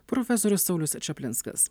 profesorius saulius čaplinskas